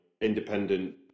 independent